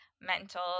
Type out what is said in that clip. mental